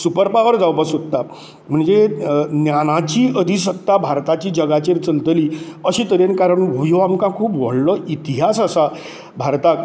super power जावपा सोदता म्हणजे ज्ञानाची अदीसत्ता भारताची जगाचेर चलतली अशे तरेन कारण ह्यो आमका खूब वडलो इतिहास आसा भारताक